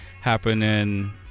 happening